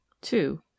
two